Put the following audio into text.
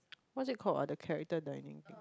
what's it called ah the character that I name